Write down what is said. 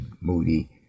Moody